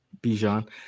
Bijan